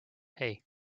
hey